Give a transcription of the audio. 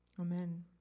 amen